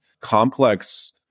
complex